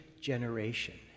generation